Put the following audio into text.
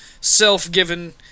self-given